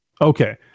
Okay